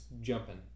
jumping